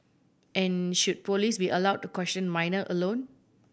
and should police be allowed to question minor alone